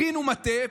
הכינו מטה,